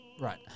right